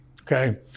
okay